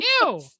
ew